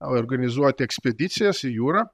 organizuoti ekspedicijas į jūrą